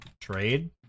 trade